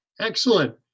Excellent